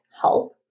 help